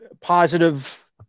positive